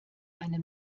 eine